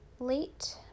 late